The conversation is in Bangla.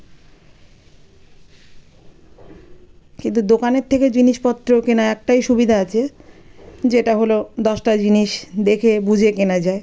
কিন্তু দোকানের থেকে জিনিসপত্র কেনা একটাই সুবিধা আছে যেটা হলো দশটা জিনিস দেখে বুঝে কেনা যায়